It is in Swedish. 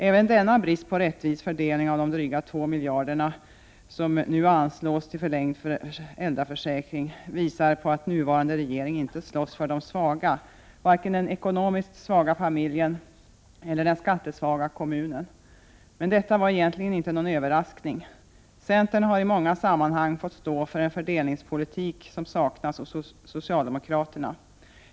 Även denna brist på rättvis fördelning av de drygt 2 miljarder som nu anslås till förlängd föräldraförsäkring visar på att nuvarande regering inte slåss för de svaga, varken för den ekonomiskt svaga familjen eller för den skattesvaga kommunen. Men detta var egentligen inte någon överraskning — centern har i många sammmanhang fått stå för en fördelningspolitik som saknas hos socialdemokraterna.